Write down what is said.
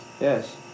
Yes